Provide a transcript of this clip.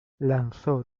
lanzó